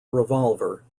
revolver